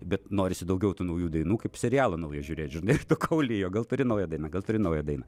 bet norisi daugiau tų naujų dainų kaip serialą naują žiūrėt žinai tai kaulija gal turi naują dainą gal turi naują dainą